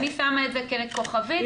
אני שמה את זה ככוכבית בדיונים שלכם.